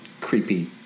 creepy